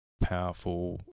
powerful